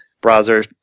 browser